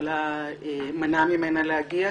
מנע ממנה להגיע,